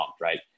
right